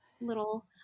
little